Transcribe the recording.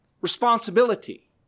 responsibility